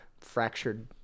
fractured